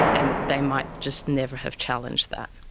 and they might just never have challenged that.